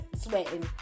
sweating